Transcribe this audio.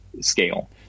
scale